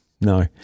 no